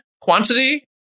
quantity